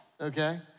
okay